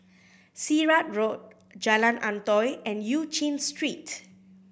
Sirat Road Jalan Antoi and Eu Chin Street